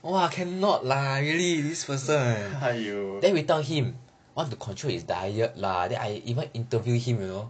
!aiyo!